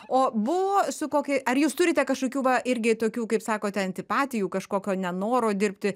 o buvo su koki ar jūs turite kažkokių va irgi tokių kaip sakote antipatijų kažkokio nenoro dirbti